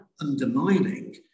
undermining